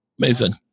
Amazing